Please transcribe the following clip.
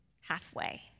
halfway